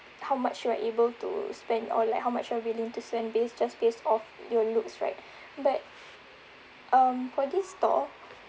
how much you are able to spend or like how much you're willing to spend based just based off your looks right but um for this store